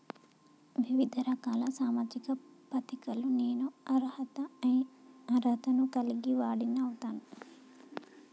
వివిధ రకాల సామాజిక పథకాలకు నేను అర్హత ను కలిగిన వాడిని అయితనా?